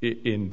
in